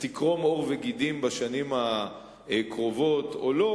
תקרום עור וגידים בשנים הקרובות או לא.